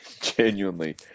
Genuinely